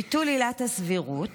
ביטול עילת הסבירות